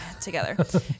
together